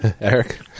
Eric